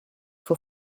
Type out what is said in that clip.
for